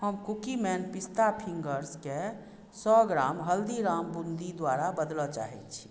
हम कुकीमैन पिस्ता फिंगर्सके सए ग्राम हल्दीराम बून्दी द्वारा बदलय चाहैत छी